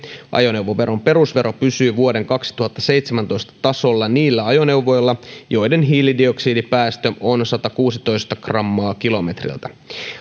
ajoneuvoveron perusvero pysyy vuoden kaksituhattaseitsemäntoista tasolla niillä ajoneuvoilla joiden hiilidioksidipäästö on satakuusitoista grammaa kilometriltä